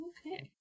Okay